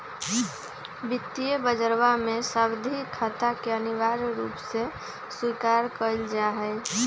वित्तीय बजरवा में सावधि खाता के अनिवार्य रूप से स्वीकार कइल जाहई